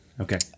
Okay